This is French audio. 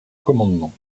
commandement